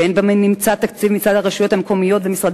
ואין בנמצא תקציב מצד הרשויות המקומיות ומשרדי